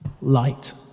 Light